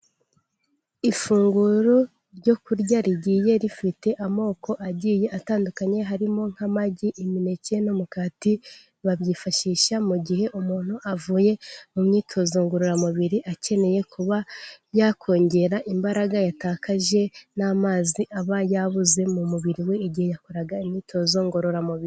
Ifunguro ryo kurya rigiye rifite amoko agiye atandukanye harimo nk'amagi, imineke n'umugati, babyifashisha mu gihe umuntu avuye mu myitozo ngororamubiri akeneye kuba yakongera imbaraga yatakaje n'amazi aba yabuze mu mubiri we igihe yakoraga imyitozo ngororamubiri.